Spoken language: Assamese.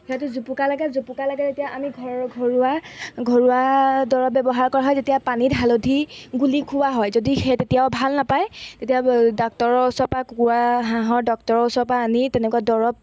সিহঁতে জুপুকা লাগে জুপুকা লাগে যেতিয়া আমি ঘৰৰ ঘৰুৱা ঘৰুৱা দৰৱ ব্যৱহাৰ কৰা হয় তেতিয়া পানীত হালধি গুলি খুওৱা হয় যদি সেই তেতিয়াও ভাল নাপায় তেতিয়া ডাক্তৰৰ ওচৰৰ পৰা কুকুৰা হাঁহৰ ডক্টৰৰ ওচৰৰ পৰা আনি তেনেকুৱা দৰৱ